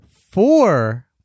four